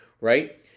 Right